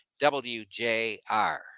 WJR